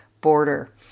border